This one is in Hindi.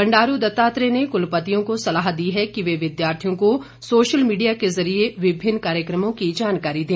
बंडारू दत्तात्रेय ने कलपतियों को सलाह दी कि वे विद्यार्थियों को सोशल मीडिया के जरिए विभिन्न कार्यक्रमों की जानकारी दें